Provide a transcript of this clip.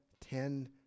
ten